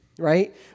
right